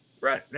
Right